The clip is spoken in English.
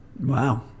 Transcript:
Wow